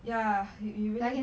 ya you you really